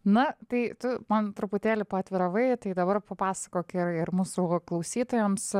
na tai tu man truputėlį paatviravai tai dabar papasakok ir ir mūsų klausytojams